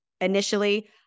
initially